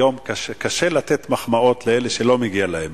היום קשה לתת מחמאות לאלה שלא מגיע להם,